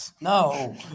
No